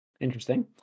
Interesting